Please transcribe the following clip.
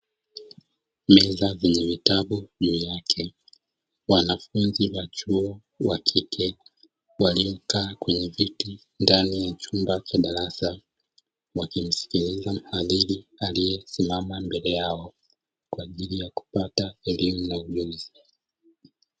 Meza zenye vitabu juu yake, wanafunzi wa chuo wa kike waliokaa kwenye viti ndani ya chumba cha darasa, wakimsikiliza mhadhiri aliyesimama mbele yao, kwa ajili ya kupata elimu na ujuzi.